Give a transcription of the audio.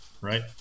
right